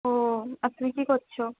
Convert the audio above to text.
ও আর তুমি কি করছো